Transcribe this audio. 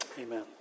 Amen